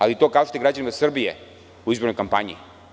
Ali, kažite to građanima Srbije u izbornoj kampanji.